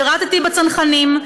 שירתי בצנחנים,